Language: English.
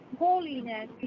holiness